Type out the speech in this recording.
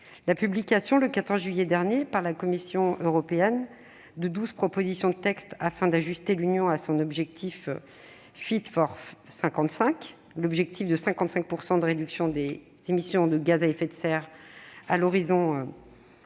La publication, le 14 juillet dernier, par la Commission européenne, de douze propositions de textes afin d'ajuster l'Union à son objectif de 55 % de réduction des émissions de gaz à effet de serre à l'horizon de